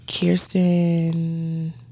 Kirsten